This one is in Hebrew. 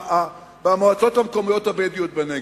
במועצות המקומיות הבדואיות בנגב,